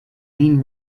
main